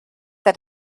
that